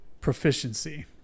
proficiency